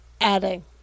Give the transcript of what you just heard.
adding